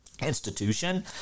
institution